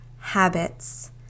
habits